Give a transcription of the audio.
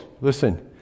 listen